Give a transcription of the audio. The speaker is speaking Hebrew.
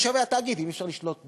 מה שווה התאגיד אם אי-אפשר לשלוט בו.